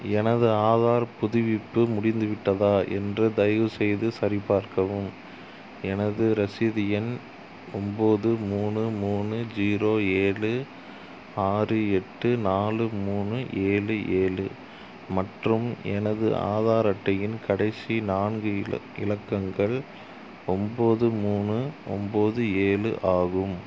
எனது ஆதார் புதுப்பிப்பு முடிந்துவிட்டதா என்று தயவு செய்து சரிபார்க்கவும் எனது ரசீது எண் ஒம்பது மூணு மூணு ஜீரோ ஏழு ஆறு எட்டு நாலு மூணு ஏழு ஏழு மற்றும் எனது ஆதார் அட்டையின் கடைசி நான்கு இலக் இலக்கங்கள் ஒம்பது மூணு ஒம்பது ஏழு ஆகும்